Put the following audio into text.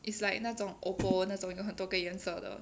it's like 那种 Oppo 那种有很多个颜色的